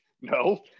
no